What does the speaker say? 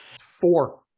Four